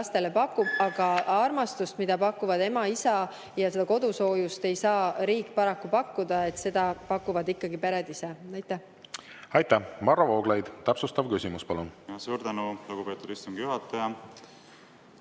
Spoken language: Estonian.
Aga armastust, mida pakuvad ema ja isa, ning kodusoojust ei saa riik paraku pakkuda. Seda pakuvad ikkagi pered ise. Aitäh!